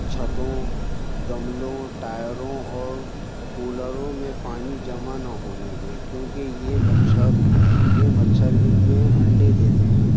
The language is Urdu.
چھتوں گملوں ٹائروں اور کولروں میں پانی جمع نہ ہونے دیں کیونکہ یہ مچھر یہ مچھر ان میں انڈے دیتے ہیں